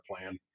plan